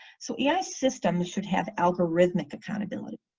so ai system should have algorithmic accountability.